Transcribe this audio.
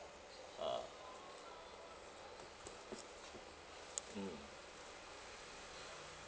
a'ah mm